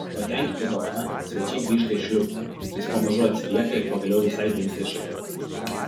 patenkinti dovana svečiai grįžta į šliupą jis pamažu atsilieka ir pagaliau visai dingsta iš akių